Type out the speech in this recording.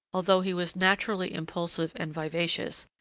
although he was naturally impulsive and vivacious,